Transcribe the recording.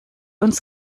uns